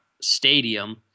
stadium